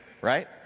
right